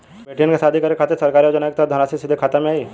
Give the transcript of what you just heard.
बेटियन के शादी करे के खातिर सरकारी योजना के तहत धनराशि सीधे खाता मे आई?